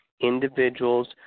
Individuals